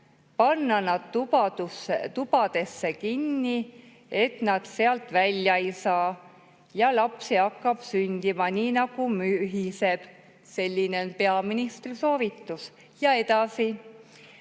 panna nad tubadesse kinni, nii et nad sealt välja ei saa. Ja lapsi hakkab sündima nii nagu mühiseb," (Selline on peaministri soovitus. –E.